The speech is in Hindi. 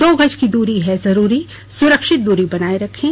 दो गज की दूरी है जरूरी सुरक्षित दूरी बनाए रखें